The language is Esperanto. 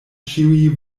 ĉiuj